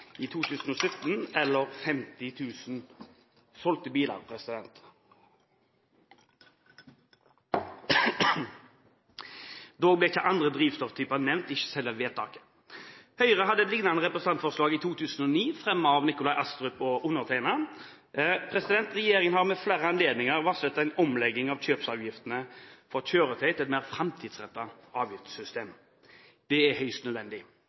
i 2017, eller 50 000 solgte biler. Da ble ikke andre drivstofftyper nevnt i selve vedtaket. Høyre hadde et lignende representantforslag i 2010, fremmet av Nikolai Astrup og undertegnede. Regjeringen har ved flere anledninger varslet en omlegging av kjøpsavgiftene for kjøretøy til et mer framtidsrettet avgiftssystem. Det er høyst nødvendig.